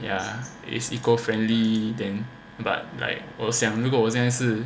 ya is eco friendly then but like 我想如果我现在是